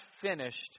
finished